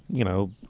you know,